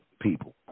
people